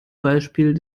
beispiel